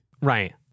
Right